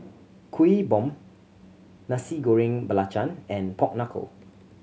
Kuih Bom Nasi Goreng Belacan and pork knuckle